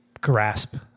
grasp